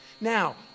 Now